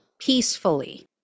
peacefully